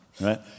Right